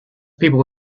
people